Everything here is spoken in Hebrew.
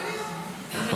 אני